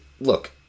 look